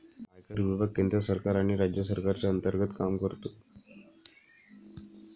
आयकर विभाग केंद्र सरकार आणि राज्य सरकारच्या अंतर्गत काम करतो